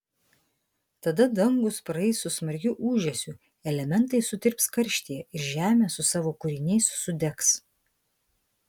tada dangūs praeis su smarkiu ūžesiu elementai sutirps karštyje ir žemė su savo kūriniais sudegs